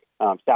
South